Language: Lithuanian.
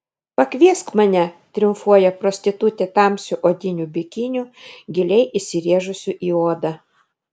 pakviesk mane triumfuoja prostitutė tamsiu odiniu bikiniu giliai įsirėžusiu į odą